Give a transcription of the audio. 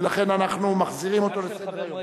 ולכן אנחנו מחזירים אותו לסדר-היום.